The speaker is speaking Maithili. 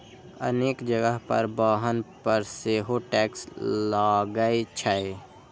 अनेक जगह पर वाहन पर सेहो टैक्स लागै छै